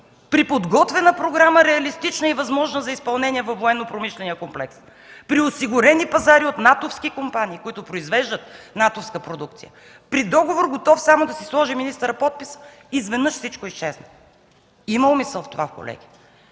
При подготвена програма – реалистична и възможна за изпълнение във военнопромишления комплекс, при осигурени пазари от натовски компании, които произвеждат натовска продукция, при готов договор, само да си сложи министърът подписа, изведнъж всичко изчезна. Има умисъл в това, колеги!